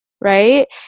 right